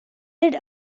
did